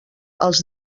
els